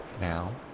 Now